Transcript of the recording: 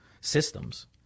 systems